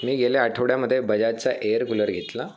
मी गेल्या आठवड्यामध्ये बजाजचा एअर कूलर घेतला